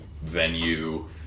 venue